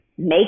make